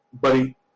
buddy